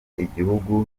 igihugu